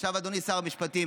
עכשיו, אדוני שר המשפטים,